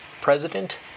President